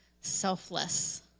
selfless